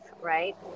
right